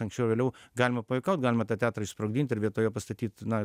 anksčiau ar vėliau galima pajuokaut galima tą teatrą išsprogdint ir vietoj jo pastatyt na